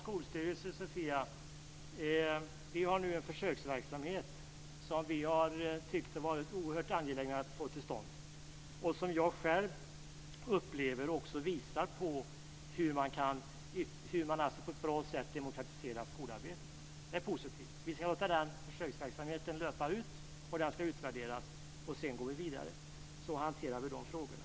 Fru talman! Det pågår nu en försöksverksamhet, som vi var oerhört angelägna om att få till stånd. Själv upplever jag att den visar hur man kan demokratisera skolarbetet på ett bra sätt. Det är positivt. Vi ska låta den försöksverksamheten löpa ut och därefter utvärdera den. Sedan går vi vidare. Det är så vi hanterar de frågorna.